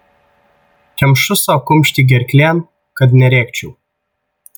kemšu sau kumštį gerklėn kad nerėkčiau